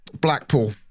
Blackpool